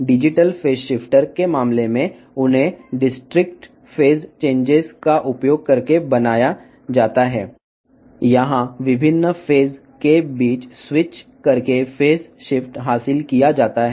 digital phase shifter విషయంలో అవి వివిక్త దశ మార్పులను ఉపయోగించి తయారు చేయబడతాయి ఇక్కడ దశల మార్పు వివిధ దశల మార్గాల మధ్య మారడం ద్వారా సాధించబడుతుంది